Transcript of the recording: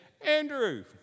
Andrew